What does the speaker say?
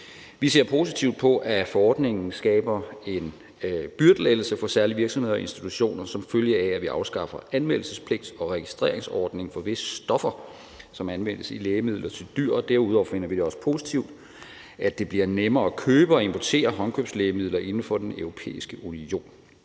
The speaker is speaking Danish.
Vi ser positivt på, at forordningen skaber en byrdelettelse for særlige virksomheder og institutioner, som følge af at vi afskaffer anmeldelsespligt og registreringsordning for visse stoffer, som anvendes i lægemidler til dyr. Derudover finder vi det også positivt, at det bliver nemmere at købe og importere håndkøbslægemidler inden for Den Europæiske Union.